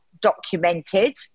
documented